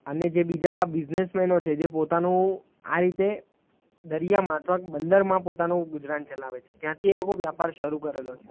અને જે બીજા બિઝનેસમેનો છે જે પોતાનો આ રીતે દરિયામાં અથવા બંદરમાં પોતાનો ગુજરાન ચલાવે છે ત્યાંથી એ લોકો વ્યાપાર શરૂ કરેલો છે